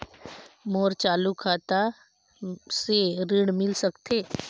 मोर चालू खाता से ऋण मिल सकथे?